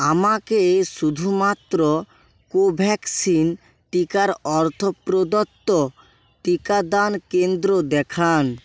আমাকে শুধুমাত্র কোভ্যাক্সিন টিকার অর্থ প্রদত্ত টিকাদান কেন্দ্র দেখান